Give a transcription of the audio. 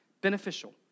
beneficial